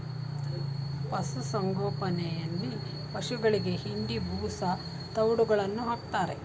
ಪಶುಸಂಗೋಪನೆಯಲ್ಲಿ ಪಶುಗಳಿಗೆ ಹಿಂಡಿ, ಬೂಸಾ, ತವ್ಡುಗಳನ್ನು ಹಾಕ್ತಾರೆ